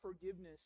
forgiveness